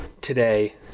today